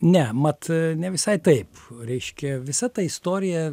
ne mat ne visai taip reiškia visa ta istorija